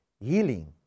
healing